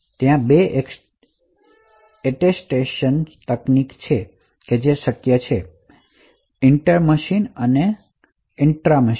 ત્યાં 2 એટેસ્ટેશન તકનીકો છે ઇન્ટર મશીન અને ઇન્ટ્રા મશીન